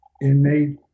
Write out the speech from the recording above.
innate